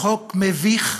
חוק מביך,